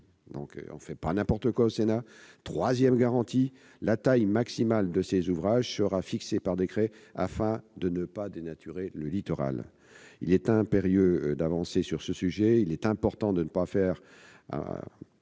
Sénat ne fait pas n'importe quoi ! Troisième garantie : la taille maximale de ces ouvrages sera fixée par décret afin de ne pas dénaturer le littoral. Il est impérieux d'avancer sur ce sujet, mais il est important de ne pas le faire